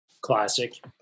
Classic